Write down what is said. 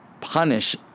punish